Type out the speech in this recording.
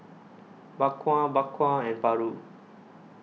Bak Kwa Bak Kwa and Paru